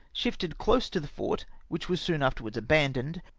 shifted close to the fort, which was soon afterwards abandoned,